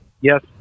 Yes